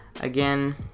Again